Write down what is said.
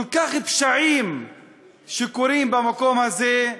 כל כך הרבה פשעים שקורים במקום הזה,